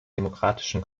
demokratischen